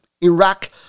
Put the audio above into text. Iraq